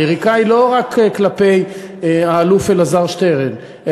היריקה היא לא רק כלפי האלוף אלעזר שטרן,